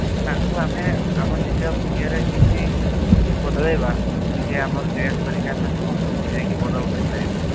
ତାଙ୍କୁ ଆମେ ଆମ ନିଜ ଇଏରେ କେମିତି ବଦଳେଇବା ନିଜେ ଆମର ଚେସ୍ କରିକି ଆମେ ସମସ୍ତଙ୍କୁ ବୁଝେଇକି ବଦଳ କରିପାରିବା